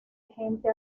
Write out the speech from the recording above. gente